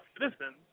citizens